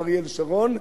עם אריאל שרון,